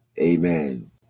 Amen